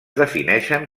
defineixen